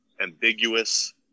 ambiguous